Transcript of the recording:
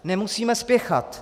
Nemusíme spěchat.